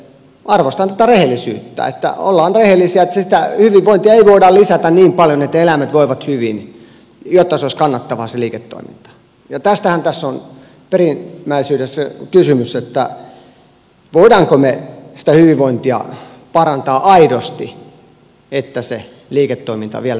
arvostan tätä rehellisyyttä että ollaan rehellisiä että sitä hyvinvointia ei voida lisätä niin paljon että eläimet voivat hyvin jotta se liiketoiminta olisi kannattavaa ja tästähän tässä on perimmäisyydessään kysymys voimmeko me sitä hyvinvointia parantaa aidosti että se liiketoiminta vielä säilyy suomessa